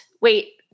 wait